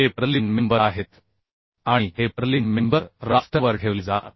हे purlin member आहेत आणि हे पर्लिन मेंबर राफ्टरवर ठेवले जातात